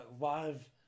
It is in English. live